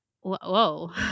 whoa